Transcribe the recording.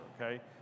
okay